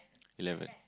eleven